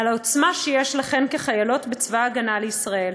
על העוצמה שיש לכן כחיילות בצבא הגנה לישראל,